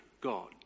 God